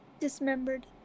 Dismembered